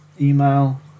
email